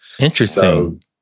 Interesting